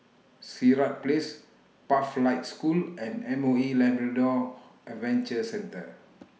Sirat Place Pathlight School and M O E Labrador Adventure Centre